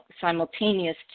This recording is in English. simultaneous